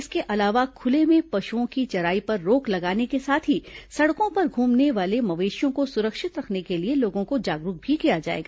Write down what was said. इसके अलावा खुले में पशुओं की चराई पर रोक लगाने के साथ ही सड़कों पर घूमने वाले मवेशियों को सुरक्षित रखने के लिए लोगों को जागरूक किया जाएगा